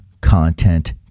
content